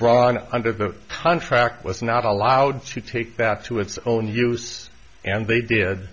from under the contract was not allowed to take back to its own use and they did